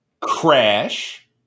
Crash